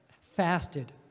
fasted